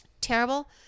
Terrible